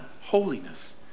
holiness